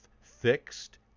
fixed